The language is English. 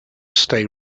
stay